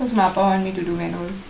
my அப்பா:appa want me to do manual